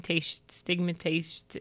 stigmatization